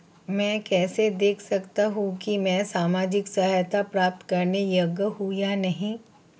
मैं कैसे देख सकता हूं कि मैं सामाजिक सहायता प्राप्त करने योग्य हूं या नहीं?